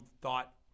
thought